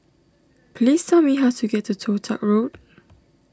please tell me how to get to Toh Tuck Road